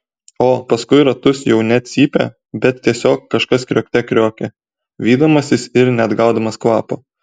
o paskui ratus jau ne cypė bet tiesiog kažkas kriokte kriokė vydamasis ir neatgaudamas kvapo